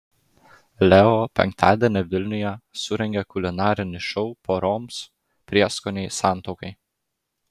leo penktadienį vilniuje surengė kulinarinį šou poroms prieskoniai santuokai